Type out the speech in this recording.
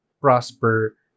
prosper